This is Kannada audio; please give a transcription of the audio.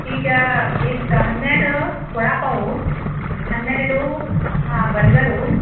ಈಗ ಎಷ್ಟು ಹನ್ನೆರಡು ವಡಾ ಪಾವು ಹನ್ನೆರಡು ಹಾಂ ಬರ್ಗರು